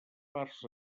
parts